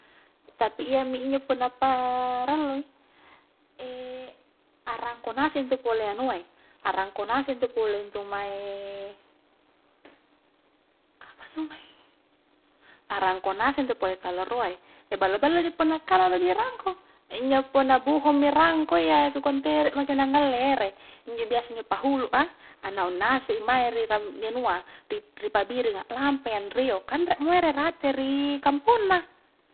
Tapi iyami injo punna paralloi, arangko ngasei intu pole anua eh, arangko ngasei pole ntu mae apa arangko ngasei intu pole kaloroa e, ballo-balloi punna kaloroji rangko, injo punna buhungmi rangko iya ngkua tere maki la ngalle ere, injo biasa njo pahulu a, anaung nase i mae ri ram, ri anua ri pabiringa lampai anrio ka anremo ere rate ri kampongna.